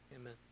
Amen